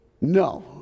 No